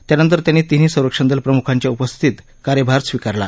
त्यानंतर त्यांनी तिन्ही संरक्षण दल प्रमुखांच्या उपस्थितीत कार्यभार स्वीकारला